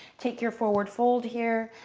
take your forward fold here